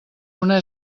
una